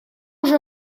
уже